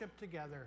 together